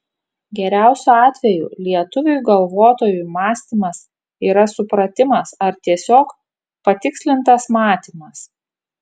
geriausiu atveju lietuviui galvotojui mąstymas yra supratimas ar tiesiog patikslintas matymas